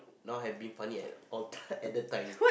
now have been funny at all time at the time